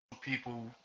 people